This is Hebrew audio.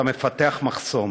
אתה מפתח מחסום,